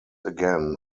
again